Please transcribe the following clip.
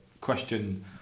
question